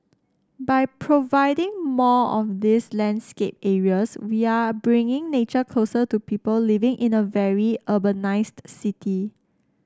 by providing more of these landscape areas we're bringing nature closer to people living in a very urbanised city